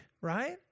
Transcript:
right